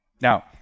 Now